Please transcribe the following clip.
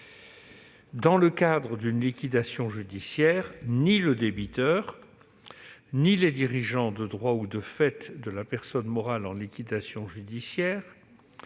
dans le cadre d'une liquidation judiciaire, ni le débiteur, ni les dirigeants de droit ou de fait de la personne morale en liquidation judiciaire,